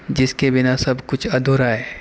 جس کے بنا سب کچھ ادھورا ہے